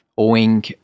owing